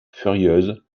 furieuse